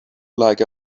like